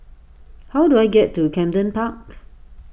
how do I get to Camden Park